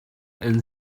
and